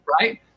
Right